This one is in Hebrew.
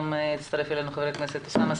הצטרף אלינו חבר הכנסת אוסאמה סעדי.